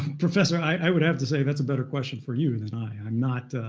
professor, i would have to say, that's a better question for you than i. i'm not